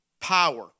Power